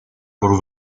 por